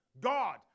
God